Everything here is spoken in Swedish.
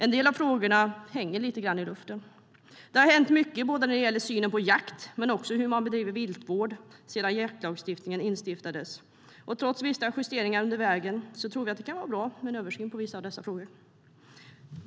En del av frågorna hänger lite grann i luften. Det har hänt mycket i synen på jakt, men också i synen på hur man bedriver viltvård sedan jaktlagen instiftades. Trots vissa justeringar under vägen tror vi att det kan vara bra med en översyn av dessa frågor.